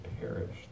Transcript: perished